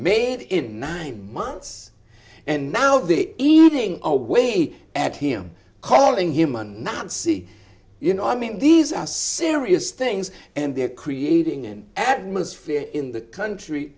made in nine months and now the eating away at him calling him a nazi you know i mean these are serious things and they're creating an atmosphere in the country